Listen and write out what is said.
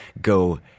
go